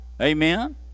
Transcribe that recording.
Amen